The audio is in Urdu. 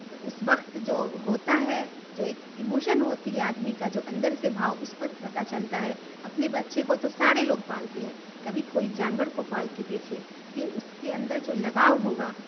تو اس وقت جو ہوتا ہے جو ایک ایموشن ہوتی ہے آدمی کا جو اندر سے بھاؤ اس پت پتہ چلتا ہے اپنے بچے کو تو سارے لوگ پالتے ہیں کبھی کوئی جانور کو پال کے دیکھے پھر اس کے اندر جو لگاؤ ہوگا